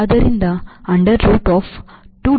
ಆದ್ದರಿಂದ under root of 2 W by S rho CL